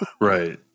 Right